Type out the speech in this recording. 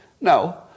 No